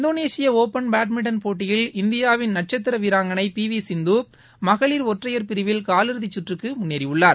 Indonesia Open badminton போட்டியில் இந்தியாவின் நட்சத்திர வீராங்கனை பி வி சிந்து மகளிர் ஒற்றையர் பிரிவில் காலிறுதிச் சுற்றுக்கு முன்னேறியுள்ளார்